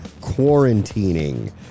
quarantining